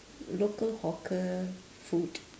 local hawker food